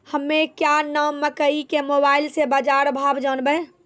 हमें क्या नाम मकई के मोबाइल से बाजार भाव जनवे?